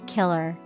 Killer